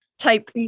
Type